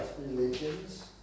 religions